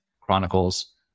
chronicles